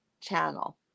channel